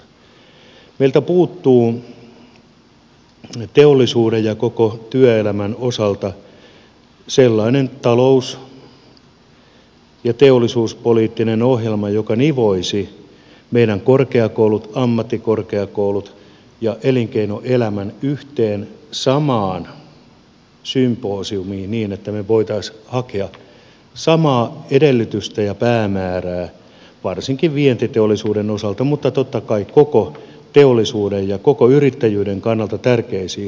meiltä puuttuu teollisuuden ja koko työelämän osalta sellainen talous ja teollisuuspoliittinen ohjelma joka nivoisi meidän korkeakoulut ammattikorkeakoulut ja elinkeinoelämän yhteen samaan symposiumiin niin että me voisimme hakea samaa edellytystä ja päämäärää varsinkin vientiteollisuuden osalta mutta totta kai koko teollisuuden ja koko yrittäjyyden kannalta tärkeisiin hankkeisiin